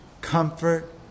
comfort